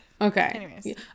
okay